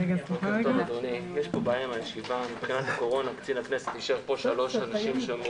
הישיבה ננעלה בשעה 09:08.